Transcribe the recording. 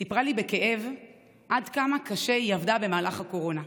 סיפרה לי בכאב עד כמה קשה היא עבדה במהלך הקורונה.